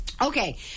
okay